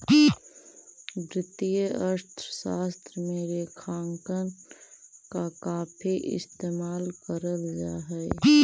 वित्तीय अर्थशास्त्र में रेखांकन का काफी इस्तेमाल करल जा हई